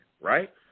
right